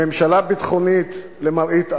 ממשלה ביטחונית, למראית עין.